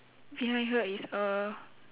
behind her is a